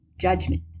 judgment